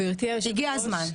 הגיע הזמן.